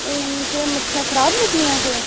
हू मर्चां खराब निकलियां केह्